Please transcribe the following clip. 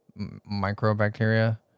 microbacteria